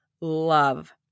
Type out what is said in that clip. love